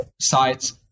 sites